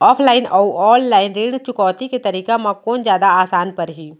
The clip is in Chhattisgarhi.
ऑफलाइन अऊ ऑनलाइन ऋण चुकौती के तरीका म कोन जादा आसान परही?